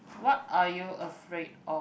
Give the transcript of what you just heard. what are you afraid of